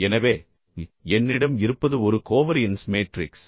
எனவே என்னிடம் இருப்பது ஒரு கோவரியன்ஸ் மேட்ரிக்ஸ்